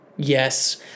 Yes